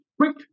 quick